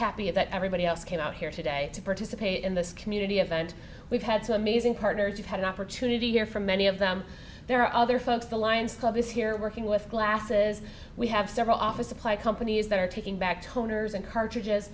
happy that everybody else came out here today to participate in this community event we've had some amazing partners you've had an opportunity here for many of them there are other folks the lion's club is here working with glasses we have several office applied companies that are taking back toners and cartridges